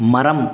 மரம்